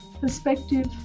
perspective